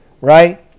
right